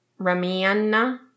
Ramiana